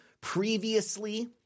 previously